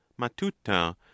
matuta